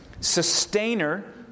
sustainer